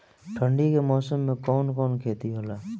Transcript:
ठंडी के मौसम में कवन कवन खेती होला?